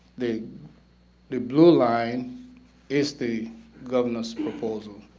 the the blue line is the governor's proposal,